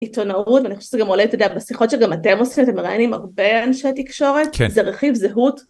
עיתונאות, ואני חושבת שזה גם עולה, אתה יודע, בשיחות שגם אתם עושים, אתם מראיינים הרבה אנשי התקשורת, כן, זה רכיב זהות.